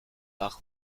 par